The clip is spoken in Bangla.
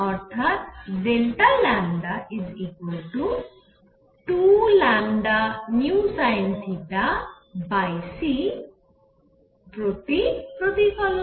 অর্থাৎ λ2λvsinθcপ্রতিফলন